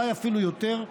אולי אפילו יותר,